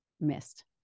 missed